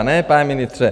Ne, pane ministře?